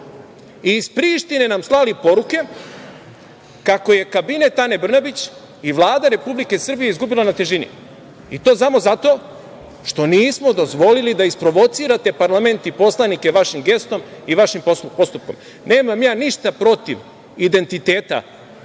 i iz Prištine nam slali poruke kako je kabinet Ane Brnabić i Vlada Republike Srbije izgubila na težini. I to samo zato što nismo dozvolili da isprovocirate parlament i poslanike vašim gestom i vašim postupkom. Nemam ja ništa protiv identiteta